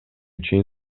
чейин